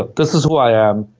but this is who i am,